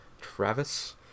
Travis